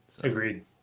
Agreed